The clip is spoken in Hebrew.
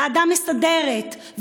ועדה מסדרת,